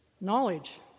Knowledge